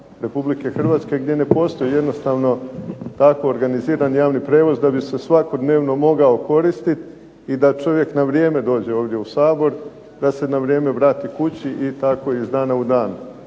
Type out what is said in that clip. Republike Hrvatske gdje ne postoji jednostavno tako organizirani javni prijevoz da bi se svakodnevno mogao koristiti i da čovjek na vrijeme dođe ovdje u Sabor, da se na vrijeme vrati kući i tako iz dana u dan.